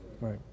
Right